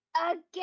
Again